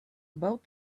about